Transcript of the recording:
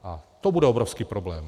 A to bude obrovský problém.